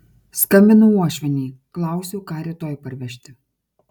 skambinu uošvienei klausiu ką rytoj parvežti